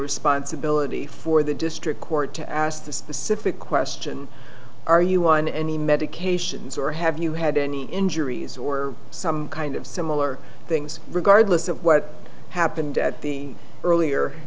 responsibility for the district court to ask the specific question are you on any medications or have you had any injuries or some kind of similar things regardless of what happened at the earlier